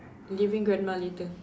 living grandma later